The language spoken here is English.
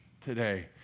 today